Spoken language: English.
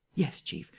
yes, chief.